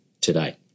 today